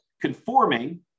conforming